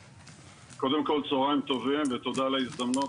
קודם כל, צוהריים טובים ותודה על ההזדמנות.